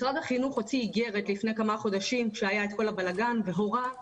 משרד החינוך הוציא איגרת לפני כמה חודשים כשהיה את כל הבלגן והוראה